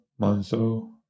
Monzo